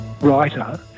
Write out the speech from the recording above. writer